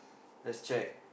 let's check